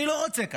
אני לא רוצה כך,